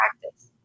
practice